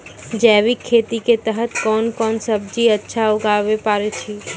जैविक खेती के तहत कोंन कोंन सब्जी अच्छा उगावय पारे छिय?